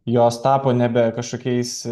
jos tapo nebe kažkokiais